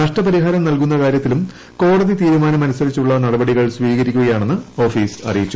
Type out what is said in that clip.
നഷ്ടപരിഹാരം നൽകുന്ന കാരൃത്തിലും കോടതി തീരുമാനമനുസരിച്ചുള്ള നടപടികൾ സ്വീകരിക്കുകയാണെന്ന് ഓഫീസ് അറിയിച്ചു